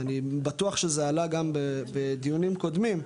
אני בטוח שזה עלה גם בדיונים קודמים,